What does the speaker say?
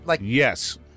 Yes